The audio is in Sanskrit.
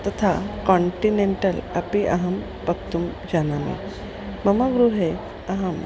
तथा काण्टिनेण्टल् अपि अहं पक्तुं जानामि मम गृहे अहं